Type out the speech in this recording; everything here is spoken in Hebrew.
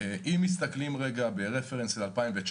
מסתכלים בהשוואה ל-2019,